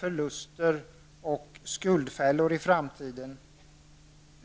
förluster och skuldfällor i framtiden.